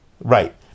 Right